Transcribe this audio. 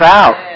out